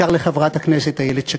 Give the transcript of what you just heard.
ובעיקר לחברת הכנסת איילת שקד.